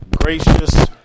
gracious